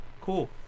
cool